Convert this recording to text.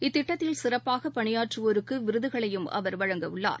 இத்திட்டத்தில் சிறப்பாகபணியாற்றுவோருக்குவிருதுகளையும் அவர் வழங்க உள்ளார்